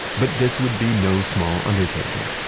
but this would be no small undertaking.